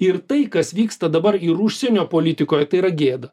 ir tai kas vyksta dabar ir užsienio politikoj tai yra gėda